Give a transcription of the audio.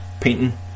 painting